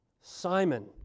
Simon